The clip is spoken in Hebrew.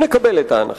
גם אם נקבל את ההנחה